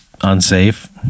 unsafe